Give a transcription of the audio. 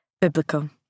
Biblical